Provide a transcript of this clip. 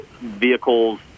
vehicles